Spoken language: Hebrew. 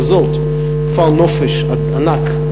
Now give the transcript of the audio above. ריזורט: כפר נופש ענק,